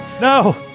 No